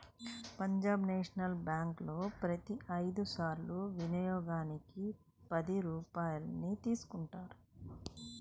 Punjab national బ్యేంకులో ప్రతి ఐదు సార్ల వినియోగానికి పది రూపాయల్ని తీసుకుంటారు